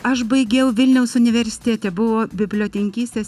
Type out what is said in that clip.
aš baigiau vilniaus universitete buvo bibliotekininkystės